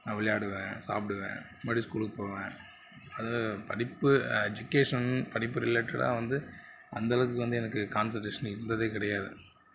நான் விளையாடுவேன் சாப்பிடுவேன் மறுபடியும் ஸ்கூலுக்கு போவேன் அது படிப்பு எஜிகேஷன் படிப்பு ரிலேட்டடாக வந்து அந்தளவுக்கு வந்து எனக்கு கான்செண்ட்ரேஷன் இருந்ததே கிடையாது